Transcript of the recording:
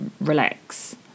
relax